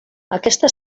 aquesta